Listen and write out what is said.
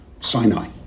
Sinai